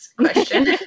question